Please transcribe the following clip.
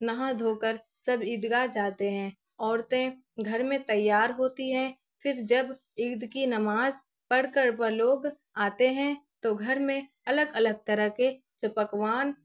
نہا دھو کر سب عید گاہ جاتے ہیں عورتیں گھر میں تیار ہوتی ہیں پھر جب عید کی نماز پڑھ کر وہ لوگ آتے ہیں تو گھر میں الگ الگ طرح کے پکوان